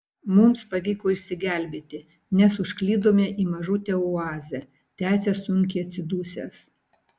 mums pavyko išsigelbėti nes užklydome į mažutę oazę tęsia sunkiai atsidusęs